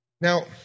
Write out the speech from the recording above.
Now